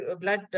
blood